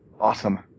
Awesome